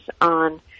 on